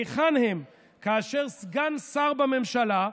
היכן הם כאשר סגן שר בממשלה,